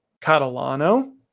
Catalano